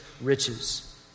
riches